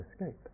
escape